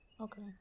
okay